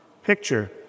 Picture